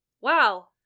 wow